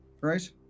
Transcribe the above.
Right